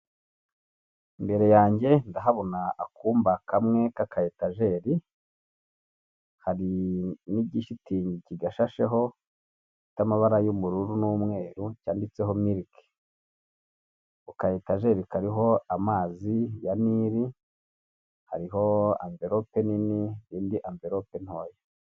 Imbere yanjye ndahabona akumba kamwe k'akayetajeri, hari n'igishitingi kigashasheho cy'amabara y'ubururu n'umweru cyanditseho miliki ku kayetajeri kariho amazi ya nili hariho amvelope nini n'indi amvelope ntoya.